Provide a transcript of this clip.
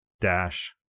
dash